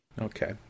Okay